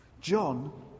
John